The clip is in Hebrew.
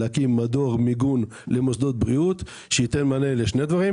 להקים מדור מיגון למוסדות בריאות שייתן מענה לטילים